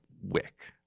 wick